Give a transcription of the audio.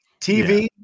TV